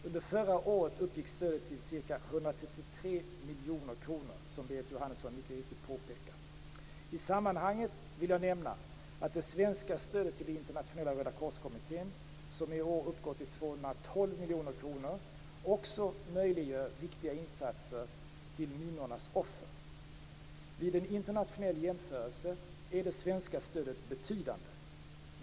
Under förra året uppgick stödet till ca 133 miljoner kronor, som Berit Jóhannesson mycket riktigt påpekar. I sammanhanget vill jag nämna att det svenska stödet till Internationella rödakorskommittén, som i år uppgår till 212 miljoner kronor, också möjliggör viktiga insatser till minornas offer. Vid en internationell jämförelse är det svenska stödet betydande.